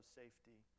safety